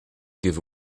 give